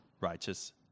righteous